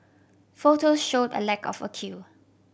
photos showed a lack of a queue